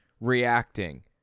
reacting